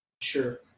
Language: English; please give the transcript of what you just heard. Sure